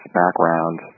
background